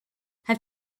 have